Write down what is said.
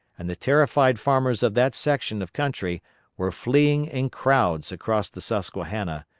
and the terrified farmers of that section of country were fleeing in crowds across the susquehanna,